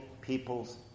people's